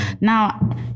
Now